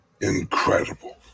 incredible